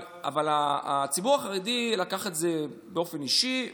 אבל הציבור החרדי לקח את זה באופן אישי,